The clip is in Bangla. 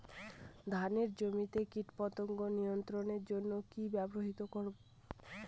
ধানের জমিতে কীটপতঙ্গ নিয়ন্ত্রণের জন্য কি ব্যবহৃত করব?